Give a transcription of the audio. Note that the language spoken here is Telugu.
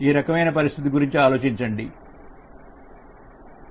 ఈ రకమైన పరిస్థితి గురించి ఆలోచించండి